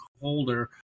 holder